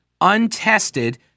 untested